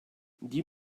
die